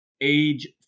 age